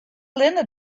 linda